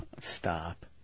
Stop